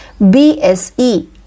BSE